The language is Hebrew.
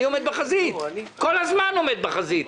אני עומד בחזית, אני כל הזמן עומד בחזית.